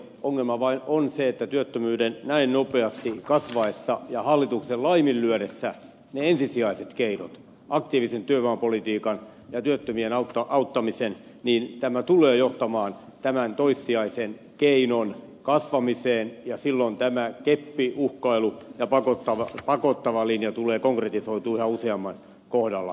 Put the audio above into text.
ongelma vain on se että työttömyyden näin nopeasti kasvaessa ja hallituksen laiminlyödessä ne ensisijaiset keinot aktiivisen työvoimapolitiikan ja työttömien auttamisen tämä tulee johtamaan tämän toissijaisen keinon kasvamiseen ja silloin tämä keppiuhkailu ja pakottava linja tulee konkretisoitumaan yhä useamman kohdalla